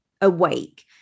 awake